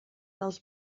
dels